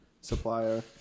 supplier